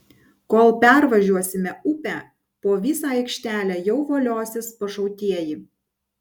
kol pervažiuosime upę po visą aikštelę jau voliosis pašautieji